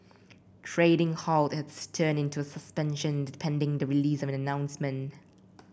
trading halt has turned into a suspension pending the release of an announcement